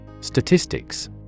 Statistics